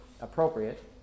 appropriate